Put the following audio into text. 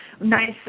nice